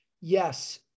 Yes